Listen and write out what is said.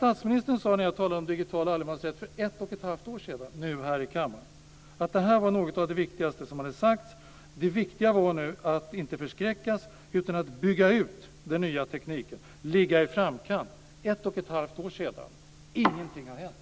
Statsministern sade, när jag talade om digital allemansrätt för ett och ett halvt år sedan här i kammaren, att detta var något av det viktigaste som hade sagts. Det viktiga var nu att inte förskräckas utan att bygga ut den nya tekniken, ligga i framkant. Det var för ett och ett halvt år sedan. Ingenting har hänt.